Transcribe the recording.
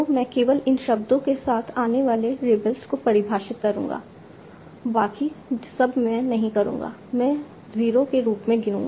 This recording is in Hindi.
मैं केवल इन शब्दों के साथ आने वाले रेबल्स को परिभाषित करूंगा बाकी सब मैं नहीं करूंगा मैं 0 के रूप में गिनूंगा